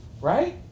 right